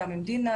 גם עם דינה,